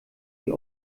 die